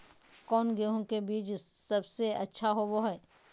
कौन गेंहू के बीज सबेसे अच्छा होबो हाय?